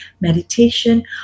meditation